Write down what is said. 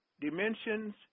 Dimensions